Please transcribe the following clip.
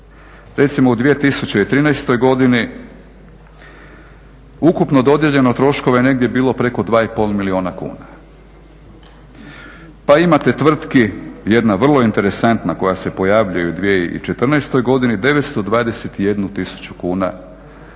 recimo u 2013. godini ukupno dodijeljeno troškova je bilo negdje preko 2,5 milijuna kuna." Pa imate tvrtki, jedna vrlo interesantna koja se pojavljuje u 2014. godini, 921 tisuću kuna